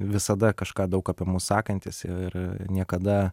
visada kažką daug apie mus sakantys ir niekada